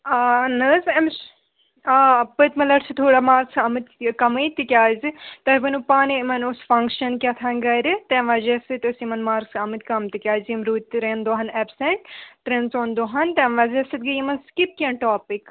آ نہٕ حظ أمِش آ پٔتۍمہِ لَٹہِ چھِ تھوڑا مارکٕس آمٕتۍ کَمٕے تِکیٛازِ تۄہہِ ؤنُو پانَے یِمَن اوس فنٛگشَن کیٛاہ تھام گَرِ تَمۍ وَجہ سۭتۍ ٲسۍ یِمَن مارکٕس آمٕتۍ کَم تِکیٛازِ یِم روٗدۍ ترٛٮ۪ن دۄہَن اٮ۪بسٮ۪نٛٹ ترٛٮ۪ن ژۄن دۄہَن تَمۍ وَجہ سۭتۍ گٔے یِمَن سِکِپ کیٚنٛہہ ٹاپِک